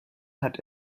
hat